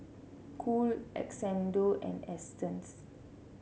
Cool Xndo and Astons